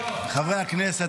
חברי הכנסת,